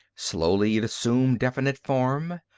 slowly it assumed definite form.